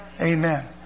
Amen